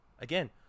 Again